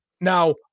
Now